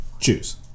Choose